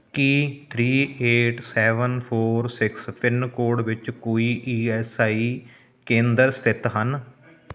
ਕੀ three eight seven four six pin code ਵਿੱਚ ਕੋਈ E S I ਕੇਂਦਰ ਸਥਿਤ ਹਨ